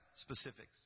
specifics